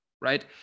right